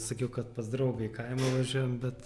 sakiau kad pas draugą į kaimą važiuojam bet